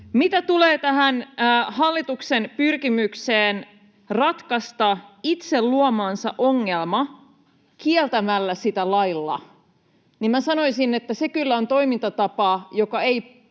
Mitä tulee tähän hallituksen pyrkimykseen ratkaista itse luomansa ongelma kieltämällä sitä lailla, niin minä sanoisin, että se kyllä on toimintatapa, joka ei